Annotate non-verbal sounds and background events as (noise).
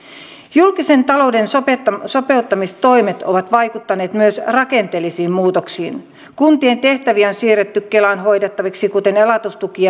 julkisen talouden sopeuttamistoimet sopeuttamistoimet ovat vaikuttaneet myös rakenteellisiin muutoksiin kuntien tehtäviä on siirretty kelan hoidettavaksi kuten elatustuki (unintelligible)